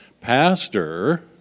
Pastor